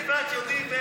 אני ואת יודעים,